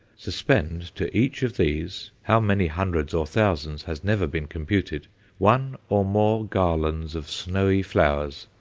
suspend to each of these how many hundreds or thousands has never been computed one or more garlands of snowy flowers,